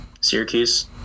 Syracuse